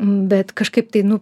bet kažkaip tai nu